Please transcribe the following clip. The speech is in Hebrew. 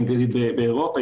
באירופה,